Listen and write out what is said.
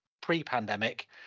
pre-pandemic